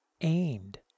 aimed